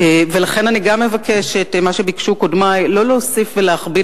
ולכן אני גם אבקש את מה שביקשו קודמי: לא להוסיף ולהכביד